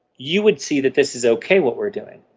you would see that this is okay what we're doing.